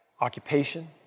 occupation